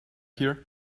here